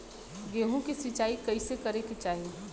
गेहूँ के सिंचाई कइसे करे के चाही?